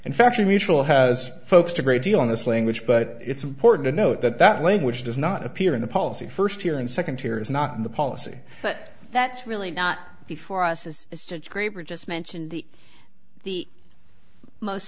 and factory mutual has focused a great deal on this language but it's important to note that that language does not appear in the policy first year and second tier is not in the policy but that's really not before us is a stitch graber just mentioned the the most